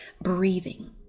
Breathing